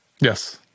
Yes